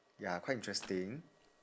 ya quite interesting